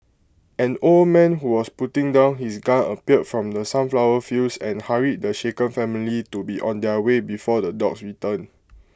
an old man who was putting down his gun appeared from the sunflower fields and hurried the shaken family to be on their way before the dogs return